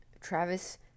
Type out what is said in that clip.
Travis